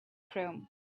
chrome